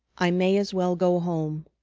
i may as well go home.